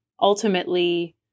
ultimately